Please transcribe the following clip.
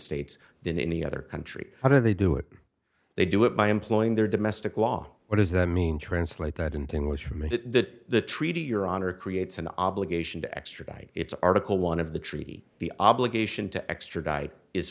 states than any other country how do they do it they do it by employing their domestic law what does that mean translate that into english for me that the treaty your honor creates an obligation to extradite it's article one of the treaty the obligation to extradite is